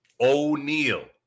O'Neal